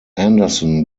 anderson